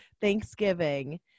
Thanksgiving